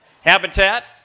Habitat